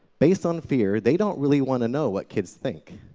based on fear, they don't really want to know what kids think.